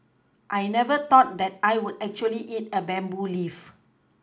I never thought that I would actually eat a bamboo leaf